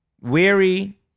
weary